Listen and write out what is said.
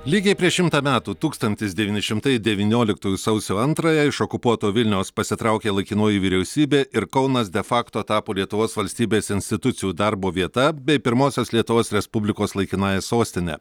lygiai prieš šimtą metų tūkstantis devyni šimtai devynioliktųjų sausio antrąją iš okupuoto vilniaus pasitraukė laikinoji vyriausybė ir kaunas de facto tapo lietuvos valstybės institucijų darbo vieta bei pirmosios lietuvos respublikos laikinąja sostine